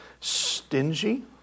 stingy